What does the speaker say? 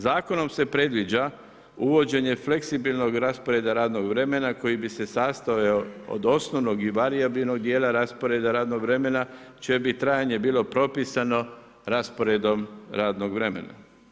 Zakonom se predviđa uvođenje fleksibilnog rasporeda radnog vremena koji bi se sastojao od osnovnog i varijabilnog dijela rasporeda radnog vremena čije bi trajanje bilo propisano rasporedom radnog vremena.